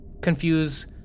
confuse